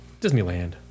Disneyland